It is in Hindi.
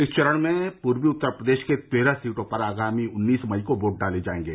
इस चरण में पूर्वी उत्तर प्रदेश के तेरह सीटों पर आगामी उन्नीस मई को वोट डाले जायेंगे